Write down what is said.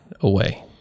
away